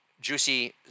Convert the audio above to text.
juicy